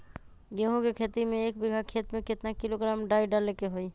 गेहूं के खेती में एक बीघा खेत में केतना किलोग्राम डाई डाले के होई?